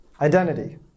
identity